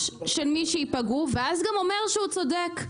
של מי שייפגעו ואז גם אומר שהוא צודק.